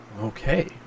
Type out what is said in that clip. okay